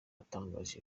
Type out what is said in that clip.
yatangaje